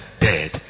dead